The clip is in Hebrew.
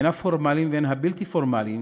הן הפורמליים והן הבלתי-פורמליים,